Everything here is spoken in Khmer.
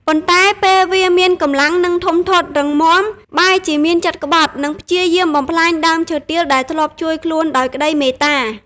ប៉ុន្តែពេលវាមានកម្លាំងនិងធំធាត់រឹងមាំ បែរជាមានចិត្តក្បត់ និងព្យាយាមបំផ្លាញដើមឈើទាលដែលធ្លាប់ជួយខ្លួនដោយក្តីមេត្តា។